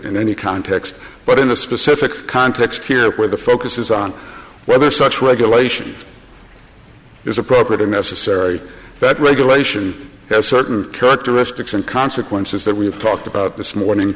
in any context but in a specific context here where the focus is on whether such regulation is appropriate and necessary but regulation has certain characteristics and consequences that we've talked about this morning